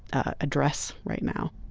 address right now